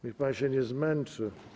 Niech pan się nie zmęczy.